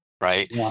right